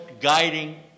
guiding